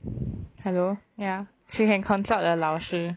hello ya she can consult the 老师